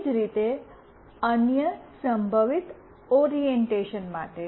એ જ રીતે અન્ય સંભવિત ઓરિએંટેશન માટે